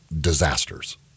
disasters